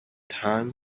time